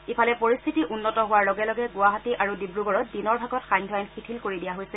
ইফালে পৰিশ্বিতি উন্নত হোৱাৰ লগে লগে গুৱাহাটী আৰু ডিব্ৰুগড়ত দিনৰ ভাগত সান্ধ্য আইন শিথিল কৰি দিয়া হৈছে